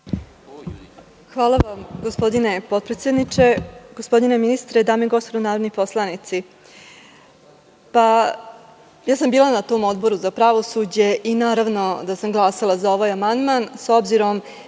Hvala vam, gospodine potpredsedniče. Gospodine ministre, dame i gospodo narodni poslanici, bila sam na tom Odboru za pravosuđe i naravno da sam glasala za ovaj amandman, s obzirom